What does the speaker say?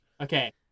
Okay